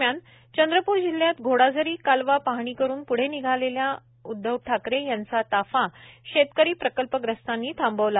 दरम्यान चंद्रपूर जिल्ह्यात घोडाझरी कालवा पाहणी करून पुढे निघालेल्या ठाकरे यांचा ताफा शेतकरी प्रकल्पग्रस्तानी थांबविला